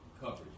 coverage